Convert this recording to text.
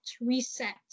reset